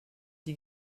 die